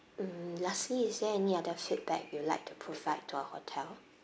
mm lastly is there any other feedback you would like to provide to our hotel